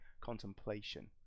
contemplation